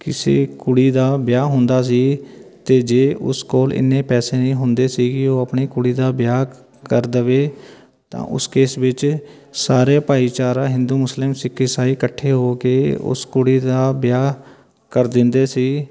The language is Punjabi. ਕਿਸੇ ਕੁੜੀ ਦਾ ਵਿਆਹ ਹੁੰਦਾ ਸੀ ਅਤੇ ਜੇ ਉਸ ਕੋਲ ਇੰਨੇ ਪੈਸੇ ਨਹੀਂ ਹੁੰਦੇ ਸੀ ਕਿ ਉਹ ਆਪਣੀ ਕੁੜੀ ਦਾ ਵਿਆਹ ਕਰ ਦੇਵੇ ਤਾਂ ਉਸ ਕੇਸ ਵਿੱਚ ਸਾਰੇ ਭਾਈਚਾਰਾ ਹਿੰਦੂ ਮੁਸਲਿਮ ਸਿੱਖ ਇਸਾਈ ਇਕੱਠੇ ਹੋ ਕੇ ਉਸ ਕੁੜੀ ਦਾ ਵਿਆਹ ਕਰ ਦਿੰਦੇ ਸੀ